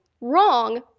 wrong